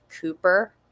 Cooper